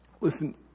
listen